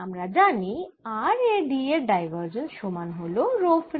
আমরা জানি r এ D এর ডাইভারজেন্স সমান হল রো ফ্রী